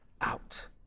out